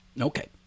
Okay